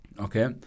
okay